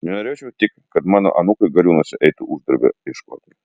nenorėčiau tik kad mano anūkai gariūnuose eitų uždarbio ieškoti